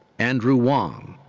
andrew wong.